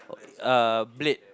uh blade